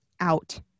out